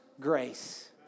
grace